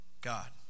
God